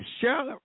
share